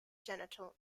genital